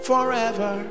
Forever